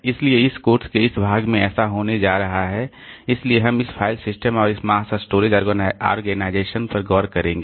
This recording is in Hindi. इसलिए इस कोर्स के इस भाग में ऐसा होने जा रहा है इसलिए हम इस फाइल सिस्टम और इस मास स्टोरेज ऑर्गनाइजेशन पर गौर करेंगे